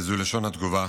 וזו לשון התגובה